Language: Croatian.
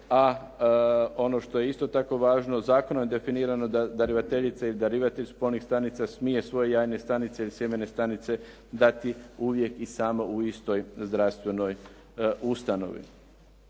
a ono što je isto tako važno zakonom je definirano da darivateljice i darivatelj spolnih stanica smije svoje jajne stanice i sjemene stanice dati uvijek i samo u istoj zdravstvenoj ustanovi.